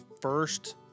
first